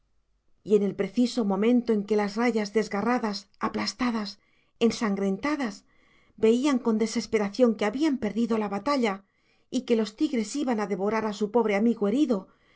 y en el preciso momento en que las rayas desgarradas aplastadas ensangrentadas veían con desesperación que habían perdido la batalla y que los tigres iban a devorar a su pobre amigo herido